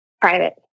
Private